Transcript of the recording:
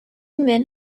men